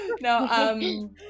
No